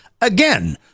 again